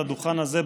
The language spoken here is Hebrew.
על הדוכן הזה,